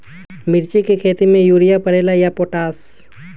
मिर्ची के खेती में यूरिया परेला या पोटाश?